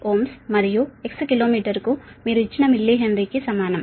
39Ω మరియు x కిలోమీటరుకు మీరు ఇచ్చిన మిల్లీహెన్రీకి సమానం